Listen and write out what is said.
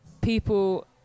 people